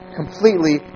completely